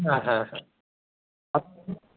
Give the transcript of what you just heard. হ্যাঁ হ্যাঁ হ্যাঁ